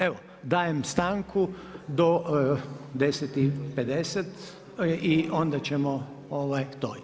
Evo dajem stanku do 10,50 i onda ćemo to.